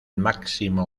máximo